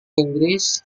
inggris